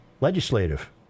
legislative